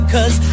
Cause